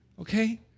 okay